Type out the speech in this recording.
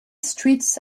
streets